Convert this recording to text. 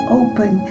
open